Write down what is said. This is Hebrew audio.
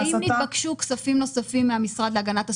האם התבקשו כספים נוספים מן המשרד להגנת הסביבה,